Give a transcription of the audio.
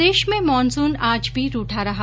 प्रदेश में मानसून आज भी रूठा रहा